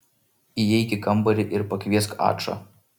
įeik į kambarį ir pakviesk ačą